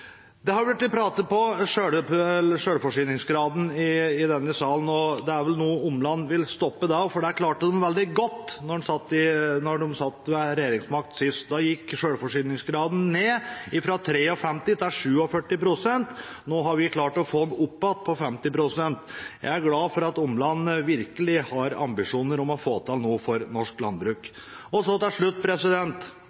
Det har blitt pratet om selvforsyningsgraden i denne salen, og det er vel noe Omland vil stoppe det også, for det klarte de veldig godt da de satt med regjeringsmakt sist. Da gikk selvforsyningsgraden ned fra 53 til 47 pst. Nå har vi klart å få den opp igjen på 50 pst. Jeg er glad for at Omland virkelig har ambisjoner om å få til noe for norsk landbruk.